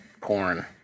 porn